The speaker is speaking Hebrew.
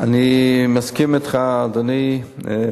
אני מסכים אתך, אדוני.